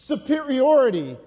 Superiority